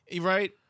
Right